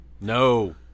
No